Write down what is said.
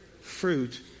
Fruit